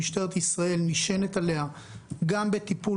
משטרת ישראל נשענת עליה גם בטיפול